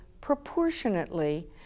proportionately